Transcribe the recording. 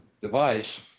device